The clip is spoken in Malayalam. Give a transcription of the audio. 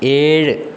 ഏഴ്